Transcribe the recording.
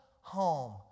home